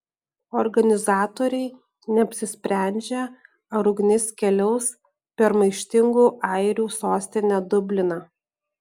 organizatoriai neapsisprendžia ar ugnis keliaus per maištingų airių sostinę dubliną